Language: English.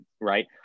right